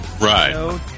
Right